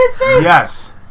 Yes